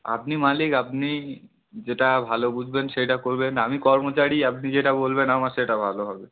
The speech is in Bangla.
আপনি মালিক আপনি যেটা ভালো বুঝবেন সেইটা করবেন আমি কর্মচারী আপনি যেটা বলবেন আমার সেটা ভালো হবে